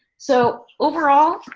so overall,